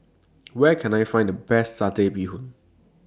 Where Can I Find The Best Satay Bee Hoon